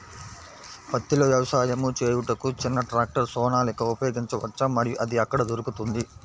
పత్తిలో వ్యవసాయము చేయుటకు చిన్న ట్రాక్టర్ సోనాలిక ఉపయోగించవచ్చా మరియు అది ఎక్కడ దొరుకుతుంది?